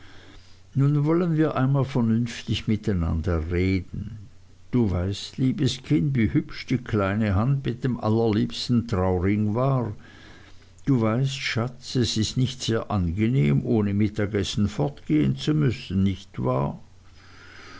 nun wollen wir einmal vernünftig miteinander reden du weißt liebes kind wie hübsch die kleine hand mit dem allerliebsten trauring war du weißt schatz es ist nicht sehr angenehm ohne mittagessen fortgehen zu müssen nicht wahr